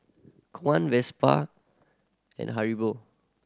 Kwan Vespa and Haribo